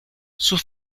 sus